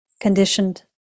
conditioned